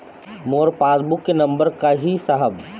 मोर passbook के number का ही साहब?